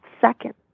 second